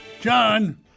John